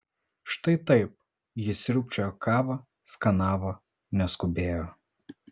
štai taip ji sriūbčiojo kavą skanavo neskubėjo